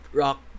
rock